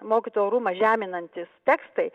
mokytojų orumą žeminantys tekstai